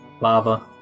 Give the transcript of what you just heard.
lava